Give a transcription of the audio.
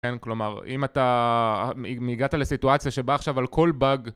כן, כלומר, אם אתה, אם הגעת לסיטואציה שבה עכשיו על כל באג...